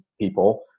people